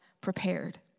prepared